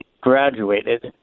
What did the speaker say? graduated